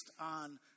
on